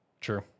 True